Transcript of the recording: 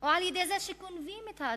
או על-ידי זה שגונבים את האדמה.